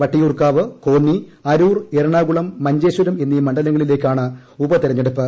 വട്ടിയൂർക്കാവ് കോന്നി അരൂർ എറണാകുളം മഞ്ചേശ്വരം എന്നീ മണ്ഡലങ്ങളിലേക്കാണ് ഉപ തെരഞ്ഞെടുപ്പ്